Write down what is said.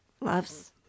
loves